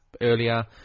earlier